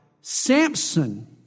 Samson